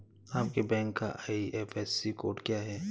आपके बैंक का IFSC code क्या है?